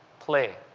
play,